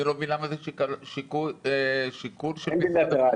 אני לא מבין למה זה שיקול של משרד הבריאות.